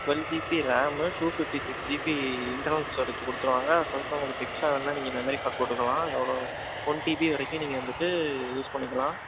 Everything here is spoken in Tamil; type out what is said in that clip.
twelve GB RAM two fifty six GB internal storage கொடுத்துருவாங்க அதை தவிர்த்து உங்களுக்கு எக்ஸ்ட்ரா வேணுன்னால் நீங்கள் மெமரி கார்டு போட்டுக்கலாம் எவ்வளோ ஒன் ஜிபி வரைக்கும் நீங்கள் வந்துட்டு யூஸ் பண்ணிக்கலாம்